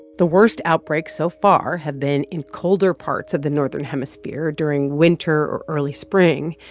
the worst outbreaks so far have been in colder parts of the northern hemisphere during winter or early spring.